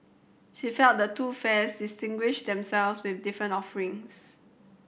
she felt the two fairs distinguished themselves with different offerings